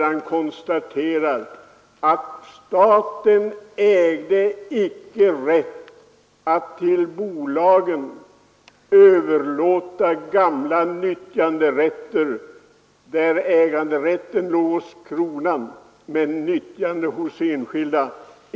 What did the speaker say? Han konstaterar att staten icke ägde rätt att till bolagen överlåta gamla nyttjanderätter där äganderätten låg hos kronan men nyttjanderätten hos enskilda.